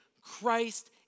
Christ